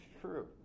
true